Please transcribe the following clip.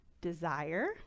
desire